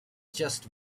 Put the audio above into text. just